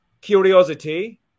curiosity